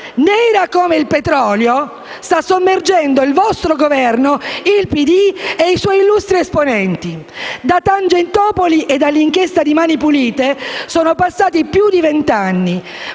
nera come il petrolio, sta sommergendo il vostro Governo, il PD e i suoi illustri esponenti. Da Tangentopoli e dall'inchiesta di Mani pulite sono passati più di vent'anni,